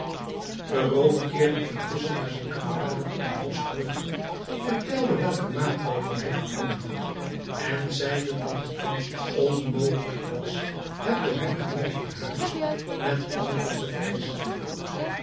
de roover keerde intusschen naar zijn kameraden in het bosch terug vertelde welken maatregel hij genomen had en zeide dat het thans onmogelijk was het door hem gemerkte huis met andere te verwisselen